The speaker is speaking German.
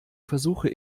versuche